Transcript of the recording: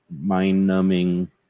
mind-numbing